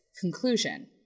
conclusion